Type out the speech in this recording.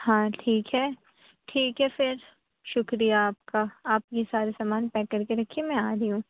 ہاں ٹھیک ہے ٹھیک ہے پھر شکریہ آپ کا آپ یہ سارے سامان پیک کر کے رکھیے میں آ رہی ہوں